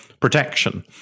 protection